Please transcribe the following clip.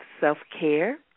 self-care